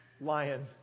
lion